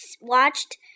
watched